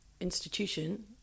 institution